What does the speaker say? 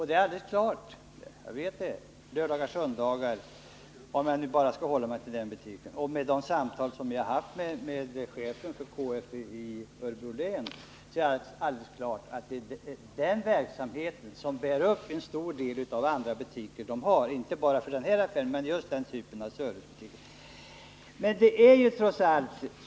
Det är alldeles klart — om jag nu skall hålla mig till denna typ av butiker — att det är verksamheten på lördagar och söndagar som bär uppen stor del av de andra butikerna. Det bekräftades vid de samtal jag hade med chefen för KF i Örebro län.